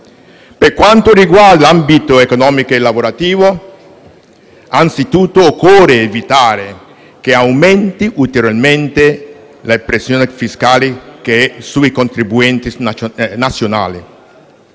Per quanto riguarda l'ambito economico e lavorativo, anzitutto occorre evitare che aumenti ulteriormente la pressione fiscale sui contribuenti nazionali.